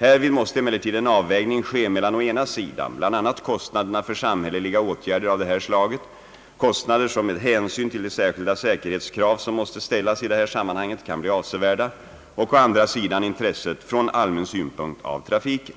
Härvid måste emellertid en avvägning ske mellan å ena sidan bl.a. kostnaderna för samhälleliga åtgärder av det här slaget — kostnader som med hänsyn till de särskilda säkerhetskrav som måste ställas i det här sammanhanget kan bli avsevärda — och å andra sidan intresset från allmän synpunkt av trafiken.